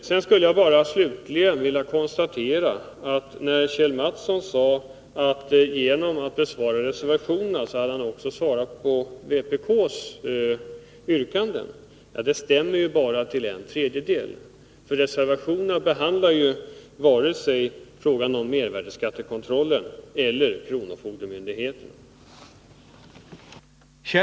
Sedan skulle jag bara vilja konstatera att när Kjell Mattsson sade att han genom att svara på reservationerna också hade svarat på vpk:s yrkanden, så stämmer detta bara till en tredjedel, eftersom reservationerna ju inte behandlar vare sig frågan om mervärdeskattekontrollen eller kronofogdemyndighetens verksamhet.